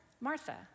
Martha